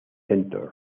centre